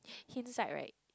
hint side right